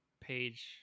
page